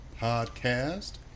Podcast